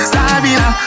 Sabina